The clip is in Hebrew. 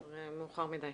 מעקב.